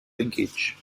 linkage